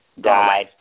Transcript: died